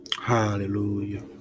Hallelujah